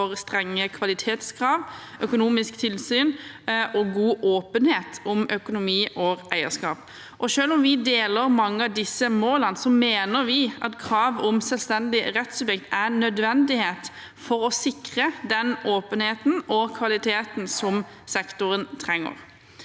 for strenge kvalitetskrav, økonomisk tilsyn og god åpenhet om økonomi og eierskap. Selv om vi deler mange av disse målene, mener vi at kravet om selvstendig rettssubjekt er en nødvendighet for å sikre den åpenheten og kvaliteten som sektoren trenger.